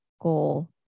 goal